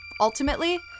ultimately